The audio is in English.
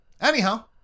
Anyhow